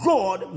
God